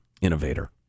innovator